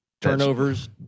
Turnovers